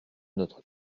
notre